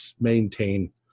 maintain